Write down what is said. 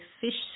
fish